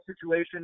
situation